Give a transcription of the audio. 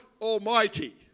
Almighty